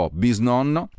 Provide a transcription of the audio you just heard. bisnonno